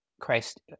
Christ